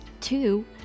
two